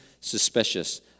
suspicious